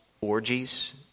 orgies